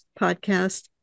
podcast